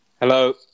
Hello